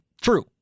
True